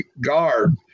guard